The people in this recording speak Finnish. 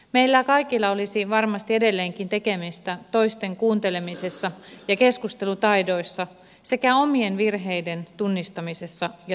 meillä kaikilla olisi varmasti edelleenkin tekemistä toisten kuuntelemisessa ja keskustelutaidoissa sekä omien virheiden tunnistamisessa ja tunnustamisessa